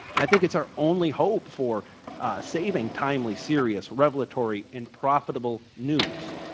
i think it's our only hope for saving timely, serious, revelatory and profitable news.